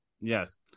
Yes